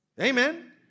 Amen